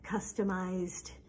customized